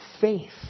faith